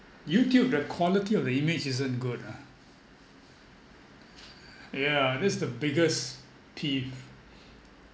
youtube the quality of the image isn't good ah yeah that's the biggest peeve